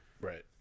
Right